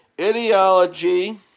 Ideology